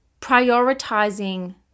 Prioritizing